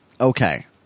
okay